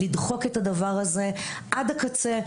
לדחוק את הדבר הזה עד הקצה,